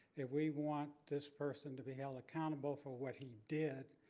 is we want this person to be held accountable for what he did,